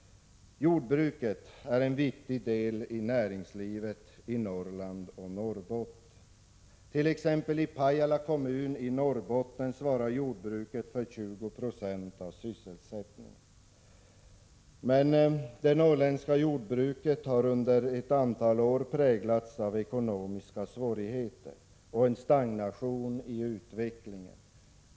Jordbruket är en viktig del av näringslivet i Norrland och Norrbotten. T.ex. i Pajala kommun i Norrbotten svarar jordbruket för 20 96 av sysselsättningen. Men det norrländska jordbruket har under ett antal år präglats av ekonomiska svårigheter och en stagnation i utvecklingen.